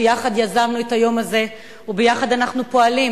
שיחד יזמנו את היום הזה וביחד אנחנו פועלים